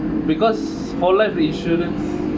because for life insurance